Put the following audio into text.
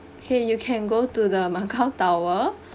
okay you can go to the macau tower